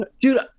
dude